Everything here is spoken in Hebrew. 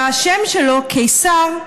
והשם שלו, "קיסר",